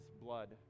blood